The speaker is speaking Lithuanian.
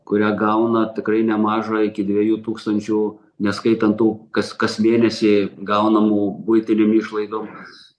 kurią gauna tikrai nemažą iki dviejų tūkstančių neskaitant tų kas kas mėnesį gaunamų buitinėm išlaidom